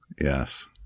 Yes